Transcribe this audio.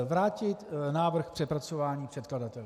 Ano, vrátit návrh k přepracování předkladateli.